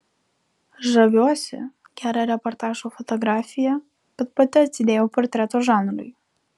žaviuosi gera reportažo fotografija bet pati atsidėjau portreto žanrui